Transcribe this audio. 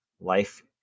life